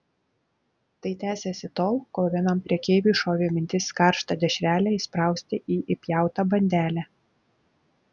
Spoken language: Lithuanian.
tai tęsėsi tol kol vienam prekeiviui šovė mintis karštą dešrelę įsprausti į įpjautą bandelę